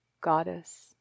goddess